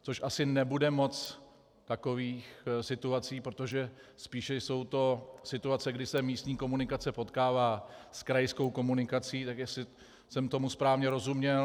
Což asi nebude moc takových situací, protože spíše jsou to situace, kdy se místní komunikace potkává s krajskou komunikací, jestli jsem tomu správně rozuměl.